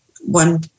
one